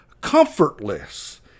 comfortless